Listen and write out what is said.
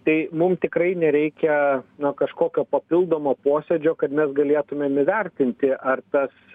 tai mum tikrai nereikia na kažkokio papildomo posėdžio kad mes galėtumėm įvertinti ar tas